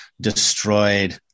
destroyed